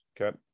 Okay